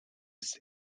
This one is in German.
ist